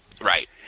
right